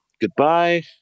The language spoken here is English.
Goodbye